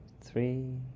three